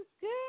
good